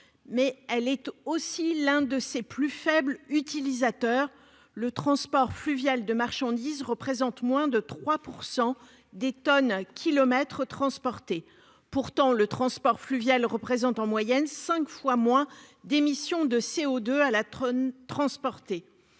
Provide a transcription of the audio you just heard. mais elle est aussi l'un de ses plus faibles utilisateurs. En effet, le transport fluvial de marchandises représente moins de 3 % des tonnes-kilomètres transportées. Pourtant, le transport fluvial émet en moyenne cinq fois moins de CO2 à la tonne transportée.